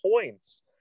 points